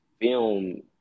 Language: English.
film